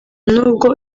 n’ubwo